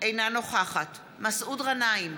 אינה נוכחת מסעוד גנאים,